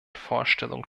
vorstellung